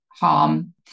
harm